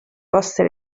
posta